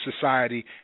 society